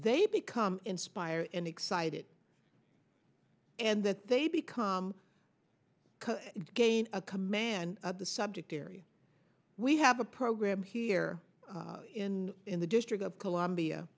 they become inspired and excited and that they become gain a command of the subject area we have a program here in in the district of columbia